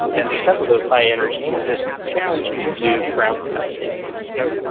and because of those high energies it's challenging to do ground testing. you know,